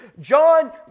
John